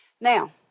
Now